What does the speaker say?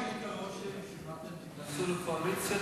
יש לי הרושם שאם אתם תיכנסו לקואליציה,